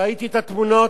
ראיתי את התמונות,